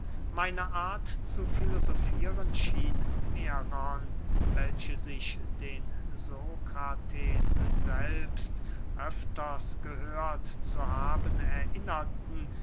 meine art zu filosofieren schien mehrern welche sich den sokrates selbst öfters gehört zu haben erinnerten